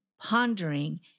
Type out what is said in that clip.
pondering